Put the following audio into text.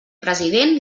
president